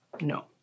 No